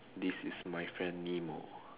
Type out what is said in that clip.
this is my friend nemo